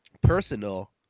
Personal